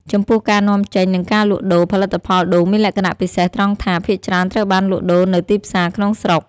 ចំពោះការនាំចេញ និងការលក់ដូរ ផលិតផលដូងមានលក្ខណៈពិសេសត្រង់ថា ភាគច្រើនត្រូវបានលក់ដូរនៅទីផ្សារក្នុងស្រុក។